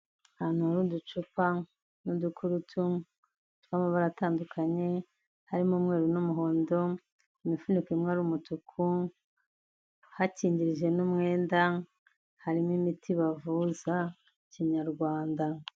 Ahantu hari uducupa n'udukurutu tw'amabara atandukanye, harimo umweru n'umuhondo imifuniko imwe ari umutuku, hakingirije n'umwenda, harimo imiti bavuza kinyarwanda.